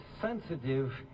sensitive